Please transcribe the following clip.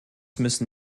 müssen